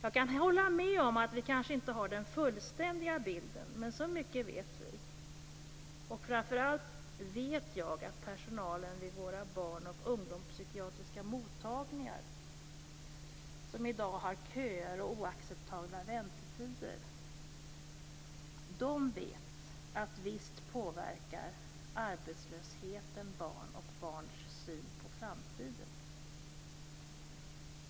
Jag kan hålla med om att vi kanske inte har den fullständiga bilden, men så mycket vet vi att våra barn och ungdomspsykiatriska mottagningar i dag har köer och oacceptabla väntetider. Personalen där vet att arbetslösheten påverkar barn och barns syn på framtiden.